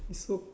is so